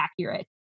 accurate